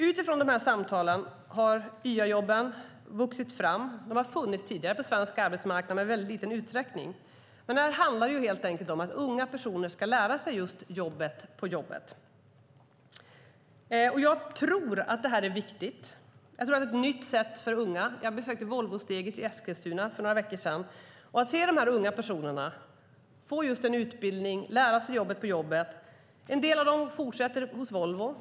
Utifrån de samtalen har YA-jobben vuxit fram. De har funnits tidigare på svensk arbetsmarknad men i väldigt liten utsträckning. Det handlar helt enkelt om att unga personer ska lära sig jobbet på jobbet. Jag tror att det här är viktigt och ett nytt sätt för unga. Jag besökte Volvosteget i Eskilstuna för några veckor sedan och kunde se dessa unga personer få utbildning och lära sig jobbet på jobbet. En del av dem fortsätter hos Volvo.